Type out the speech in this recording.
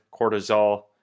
cortisol